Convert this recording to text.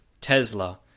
Tesla